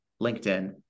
LinkedIn